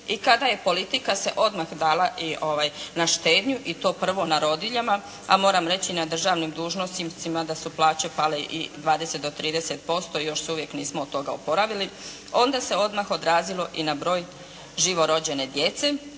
i kada je politika se odmah dala na štednju i to prvo na rodiljama, a moram reći na državnim dužnosnicima da su plaće pale i 20 do 30%, i još se uvijek nismo od toga oporavili. Onda se odmah odrazilo i na broj živorođene djece.